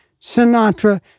Sinatra